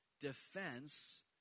defense